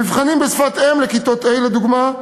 במבחנים בשפת-אם לכיתות ה', לדוגמה,